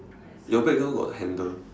your background got handle